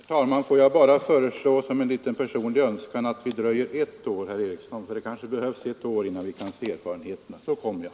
Herr talman! Får jag föreslå som en personlig önskan att vi dröjer ett år, herr Eriksson. Det kanske behövs ett år för att erfarenheterna skall kunna bedömas. Då kommer jag.